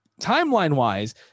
timeline-wise